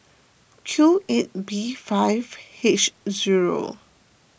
Q eight B five H zero